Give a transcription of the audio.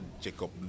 Jacob